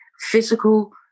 physical